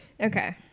Okay